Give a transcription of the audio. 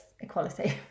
equality